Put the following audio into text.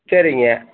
சரிங்க